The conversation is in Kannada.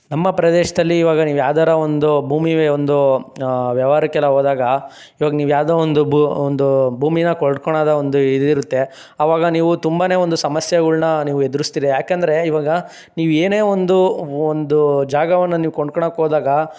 ನಮ್ಮ ಪ್ರದೇಶದಲ್ಲಿ ಇವಾಗ ನೀವು ಯಾವ್ದಾರು ಒಂದು ಭೂಮಿವೆ ಒಂದು ವ್ಯವಾರಕೆಲ್ಲ ಹೋದಾಗ ಇವಾಗ ನೀವು ಯಾವುದೋ ಒಂದು ಬು ಒಂದು ಭೂಮಿಯ ಕೊಂಡ್ಕೊಳೋದು ಒಂದು ಇದಿರುತ್ತೆ ಆವಾಗ ನೀವು ತುಂಬನೇ ಒಂದು ಸಮಸ್ಯೆಗಳನ್ನು ನೀವು ಎದುರಿಸ್ತೀರಾ ಯಾಕೆಂದ್ರೆ ಇವಾಗ ನೀ ಏನೇ ಒಂದು ಒಂದು ಜಾಗವನ್ನು ನೀವು ಕೊಂಡ್ಕೊಳೋಕ್ಕೆ ಹೋದಾಗ